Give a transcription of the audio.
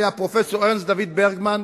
היה פרופסור ארנסט דוד ברגמן,